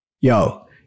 yo